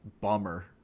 bummer